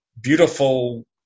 beautiful